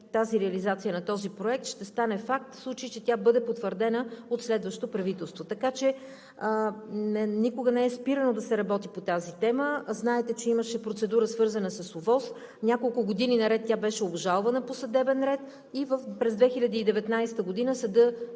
че реализацията на този проект ще стане факт, в случай че тя бъде потвърдена от следващо правителство. Никога не е спирано да се работи по тази тема. Знаете, че имаше процедура, свързана с ОВОС. Няколко години наред тя беше обжалвана по съдебен ред и през 2019 г. ВАС